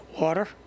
water